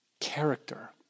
character